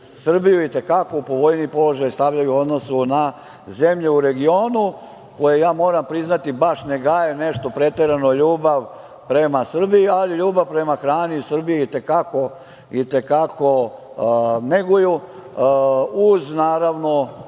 Srbiju i te kako u povoljniji položaj stavljaju u odnosu na zemlje u regionu koje moram priznati, baš ne gaje nešto preterano ljubav prema Srbiji, ali ljubav prema hrani iz Srbije i te kako neguju, uz naravno,